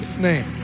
name